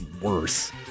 worse